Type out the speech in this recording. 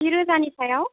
जि रोजानि सायाव